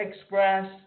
Express